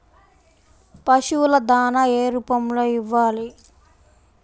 పశువుల దాణా ఏ రూపంలో ఇవ్వాలి?